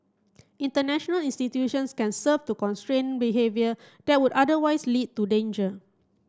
international institutions can serve to constrain behaviour that would otherwise lead to danger